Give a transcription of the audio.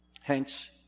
hence